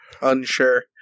unsure